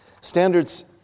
Standards